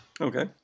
Okay